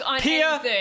Pia